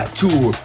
tour